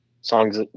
songs